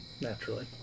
Naturally